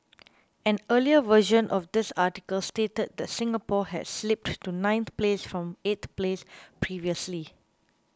an earlier version of this article stated that Singapore had slipped to ninth place from eighth place previously